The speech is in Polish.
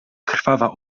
krwawa